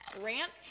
Ranch